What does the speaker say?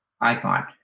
icon